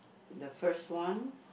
the first one